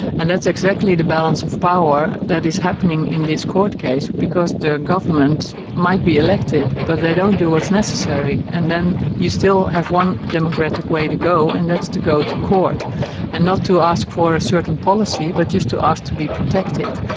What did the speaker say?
and that's exactly the balance of power that is happening in this court case because the government might be elected but they don't do what's necessary, and then you still have one democratic way to go and that's to go to court and not to ask for a certain policy but just to ask to be protected.